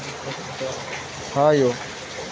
कृषि भारतक अर्थव्यवस्था के एकटा प्रमुख क्षेत्र छियै